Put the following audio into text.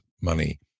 money